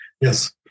Yes